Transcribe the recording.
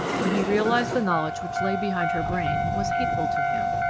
when he realised the knowledge which lay behind her brain, was hateful to him.